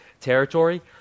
territory